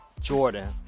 Jordan